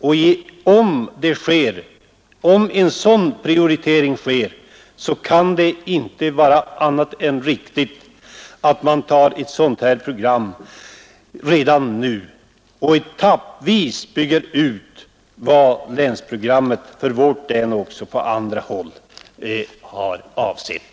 Och om en sådan prioritering sker kan det inte vara annat än riktigt att man antar ett sådant här program redan nu och etappvis bygger ut vad länsprogrammet för vårt län också har avsett att ge på andra håll.